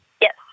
Yes